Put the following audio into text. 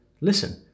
listen